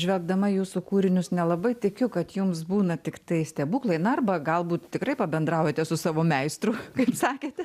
žvelgdama į jūsų kūrinius nelabai tikiu kad jums būna tiktai stebuklai na arba galbūt tikrai pabendraujate su savo meistru kaip sakėte